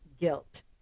guilt